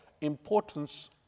importance